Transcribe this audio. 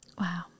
Wow